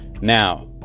Now